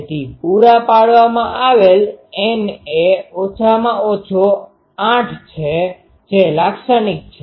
તેથી પૂરા પાડવામાં આવેલ N એ ઓછામાં ઓછો 8 છે જે લાક્ષણિક છે